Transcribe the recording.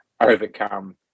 overcome